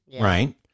right